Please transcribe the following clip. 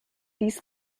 dies